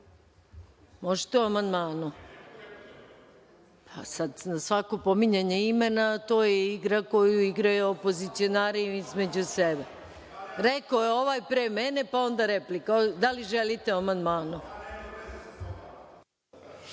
o amandmanu? Pa sad, na svako pominjanje imena, to je igra koju igraju opozicionari između sebe. Rekao je ovaj pre mene, pa onda replika. Da li želi te o amandmanu?